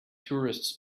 tourists